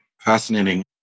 Fascinating